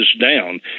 down